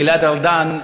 גלעד ארדן,